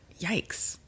Yikes